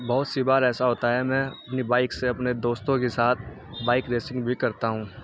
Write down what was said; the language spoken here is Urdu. بہت سی بار ایسا ہوتا ہے میں اپنی بائک سے اپنے دوستوں کے ساتھ بائک ریسنگ بھی کرتا ہوں